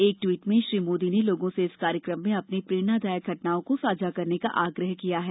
एक ट्वीट में श्री मोदी ने लोगों से इस कार्यक्रम में अपनी प्रेरणादायक घटनाओं को साझा करने का आग्रह किया है